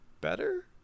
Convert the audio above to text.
better